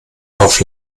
auf